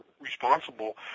responsible